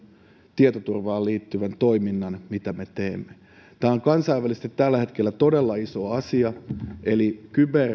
tietoturvaan liittyvän toiminnan mitä me teemme tämä on kansainvälisesti tällä hetkellä todella iso asia eli